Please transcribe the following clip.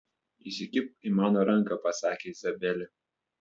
įsikibk į mano ranką pasakė izabelė